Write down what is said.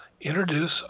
introduce